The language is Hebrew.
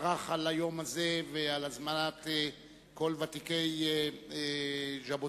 טרח על היום הזה ועל הזמנת כל ותיקי ז'בוטינסקי,